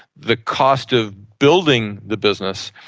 the cost of building the business,